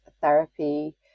therapy